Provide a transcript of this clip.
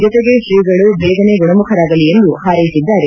ಜೊತೆಗೆ ತ್ರೀಗಳು ಬೇಗನೆ ಗುಣಮುಖರಾಗಲಿ ಎಂದು ಹಾರೈಸಿದ್ದಾರೆ